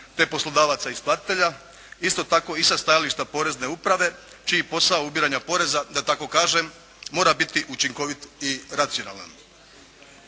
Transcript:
te poslodavaca isplatitelja, isto tako i sa stajališta porezne uprave čiji posao ubiranja poreza da tako kažem mora biti učinkovit i racionalan.